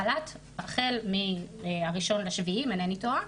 חל"ת החל מה-1.7 אם אינני טועה,